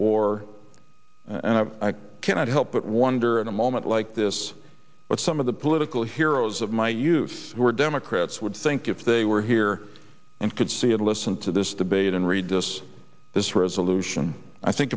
war and i cannot help but wonder in a moment like this what some of the political heroes of my youth who are democrats would think if they were here and could see and listen to this debate and read this this resolution i think